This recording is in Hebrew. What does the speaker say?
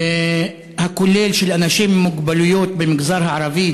הכולל של אנשים עם מוגבלויות במגזר הערבי.